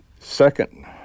Second